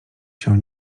się